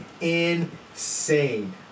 insane